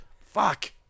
Fuck